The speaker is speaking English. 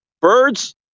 Birds